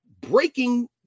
breaking